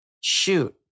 shoot